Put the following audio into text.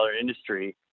industry